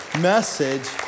message